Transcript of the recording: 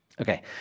Okay